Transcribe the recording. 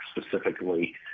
specifically